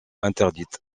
interdite